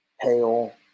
pale